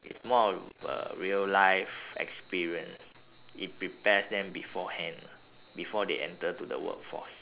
it's more of a real life experience it prepares them beforehand ah before they enter into the workforce